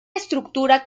estructura